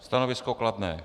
Stanovisko kladné.